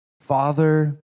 Father